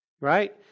right